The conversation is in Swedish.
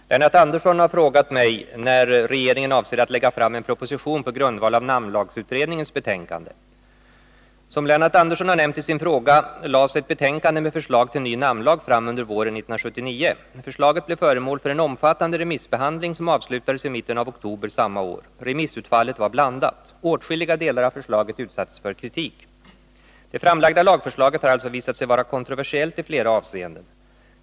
Herr talman! Lennart Andersson har frågat mig när regeringen avser att lägga fram en proposition på grundval av namnlagsutredningens betänkande. Som Lennart Andersson har nämnt i sin fråga lades ett betänkande med förslag till ny namnlag fram under våren 1979. Förslaget blev föremål för en omfattande remissbehandling, som avslutades i mitten av oktober samma år. Remissutfallet var blandat. Åtskilliga delar av förslaget utsattes för kritik. Det framlagda lagförslaget har alltså visat sig vara kontroversiellt i flera avseenden.